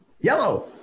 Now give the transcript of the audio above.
Yellow